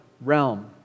realm